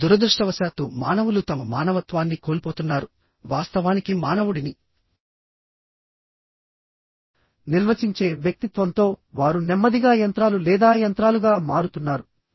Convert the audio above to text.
కానీ దురదృష్టవశాత్తు మానవులు తమ మానవత్వాన్ని కోల్పోతున్నారు వాస్తవానికి మానవుడిని నిర్వచించే వ్యక్తిత్వంతో వారు నెమ్మదిగా యంత్రాలు లేదా యంత్రాలుగా మారుతున్నారు